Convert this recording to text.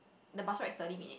the bus ride is thirty minute